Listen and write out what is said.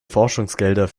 forschungsgelder